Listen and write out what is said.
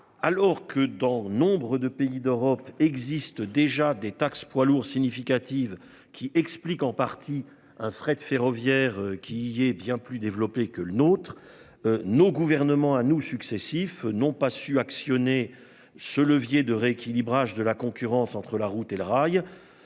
Alors que dans nombre de pays d'Europe existe déjà des taxe poids lourds significative qui explique en partie un fret ferroviaire qui est bien plus développé que le nôtre. Nos gouvernements à nous successifs n'ont pas su actionner ce levier de rééquilibrage de la concurrence entre la route et le rail.